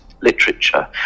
literature